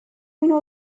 اینو